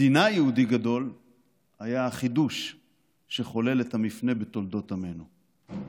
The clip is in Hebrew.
מדינאי יהודי גדול היה החידוש שחולל את המפנה בתולדות עמנו.